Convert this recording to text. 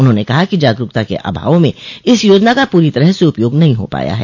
उन्होंने कहा कि जागरूकता के अभाव में इस योजना का पूरी तरह से उपयोग नहीं हो पाया है